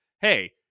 hey